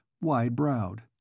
wide-browed